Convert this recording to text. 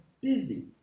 busy